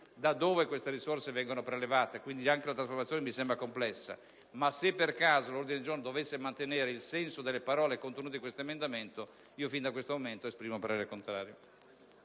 da dove le risorse vengono prelevate - una tale trasformazione mi sembra quindi complessa - ma, se per caso l'ordine del giorno dovesse mantenere il senso delle parole contenute in questo emendamento, fin da questo momento esprimo parere contrario.